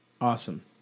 Awesome